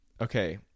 Okay